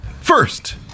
First